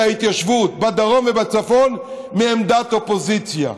ההתיישבות בדרום ובצפון מעמדת אופוזיציה?